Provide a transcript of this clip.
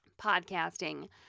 podcasting